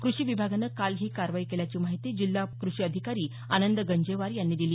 कृषी विभागानं काल ही कारवाई केल्याची माहिती जिल्हा परिषदेचे कृषी अधिकारी आनंद गंजेवार यांनी दिली